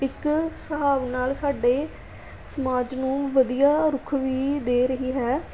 ਇੱਕ ਹਿਸਾਬ ਨਾਲ ਸਾਡੇ ਸਮਾਜ ਨੂੰ ਵਧੀਆ ਰੁਖ ਵੀ ਦੇ ਰਹੀ ਹੈ